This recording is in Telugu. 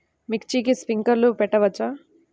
మిర్చికి స్ప్రింక్లర్లు పెట్టవచ్చా?